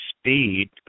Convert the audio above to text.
speed